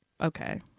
Okay